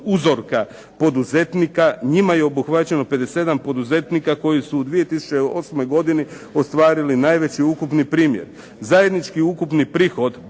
uzorka poduzetnika. Njima je obuhvaćeno 57 poduzetnika koji su u 2008. godini ostvarili najveći ukupni prihod. Zajednički ukupni prihod